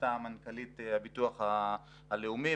בשעתה מנכ"לית הביטוח הלאומי,